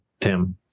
Tim